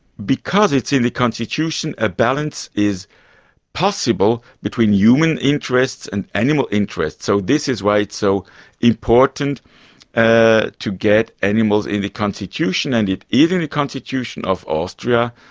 because it's in the constitution, a balance is possible between human interests and animal interests, so this is why it's so important ah to get animals in the constitution, and even the constitution of austria,